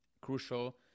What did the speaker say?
crucial